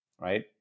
right